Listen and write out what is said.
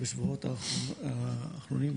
בשבועות האחרונים,